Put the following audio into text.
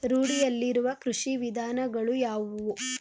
ರೂಢಿಯಲ್ಲಿರುವ ಕೃಷಿ ವಿಧಾನಗಳು ಯಾವುವು?